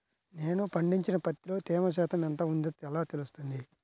నేను పండించిన పత్తిలో తేమ శాతం ఎంత ఉందో ఎలా తెలుస్తుంది?